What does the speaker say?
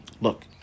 Look